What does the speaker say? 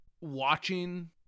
watching